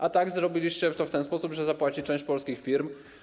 A tak zrobiliście to w ten sposób, że zapłaci część polskich firm.